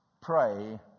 Pray